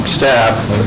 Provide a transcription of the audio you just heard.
staff